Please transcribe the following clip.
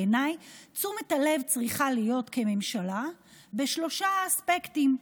בעיניי כממשלה תשומת הלב צריכה להיות בשלושה אספקטים: